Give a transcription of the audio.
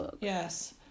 Yes